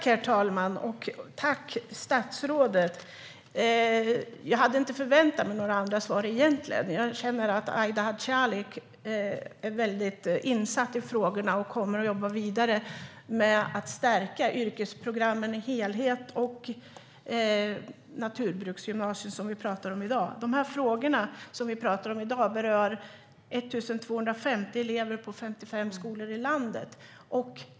Herr talman! Jag tackar statsrådet. Jag hade inte förväntat mig några andra svar. Jag känner att Aida Hadzialic är väl insatt i frågorna och kommer att jobba vidare med att stärka yrkesprogrammen i sin helhet och naturbruksgymnasierna, som vi talar om i dag. De frågor vi talar om i dag berör 1 250 elever på 55 skolor i landet.